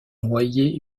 noyer